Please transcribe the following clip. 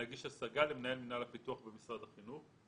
להגיש השגה למנהל מינהל הפיתוח במשרד החינוך".